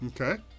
Okay